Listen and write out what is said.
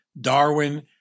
Darwin